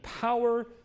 power